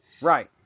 right